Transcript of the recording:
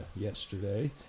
yesterday